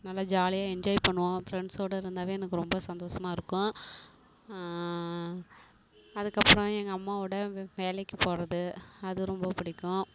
நல்லா ஜாலியாக என்ஜாய் பண்ணுவோம் ஃப்ரெண்ட்ஸோடு இருந்தாவே எனக்கு ரொம்ப சந்தோஷமா இருக்கும் அதுக்கப்புறம் எங்கள் அம்மாவோடு வே வேலைக்கு போகிறது அது ரொம்ப பிடிக்கும்